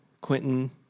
Quentin